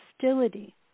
hostility